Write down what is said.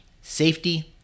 safety